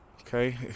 Okay